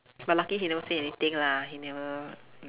but lucky he never say anything lah he never